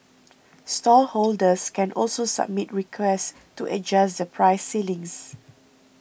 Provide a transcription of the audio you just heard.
stallholders can also submit requests to adjust the price ceilings